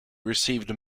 received